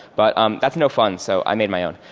but um that's no fun. so i made my own.